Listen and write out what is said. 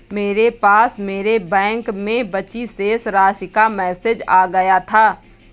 मेरे पास मेरे बैंक में बची शेष राशि का मेसेज आ गया था